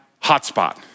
hotspot